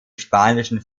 spanischen